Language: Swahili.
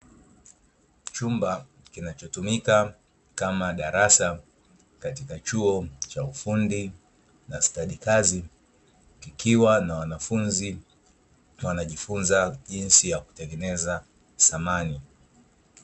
Chumba kinachotumika kama darasa katika chuo cha ufundi za stadi kazi, kikiwa na wanafunzi wanajifunza jinsi ya kutengeneza samani.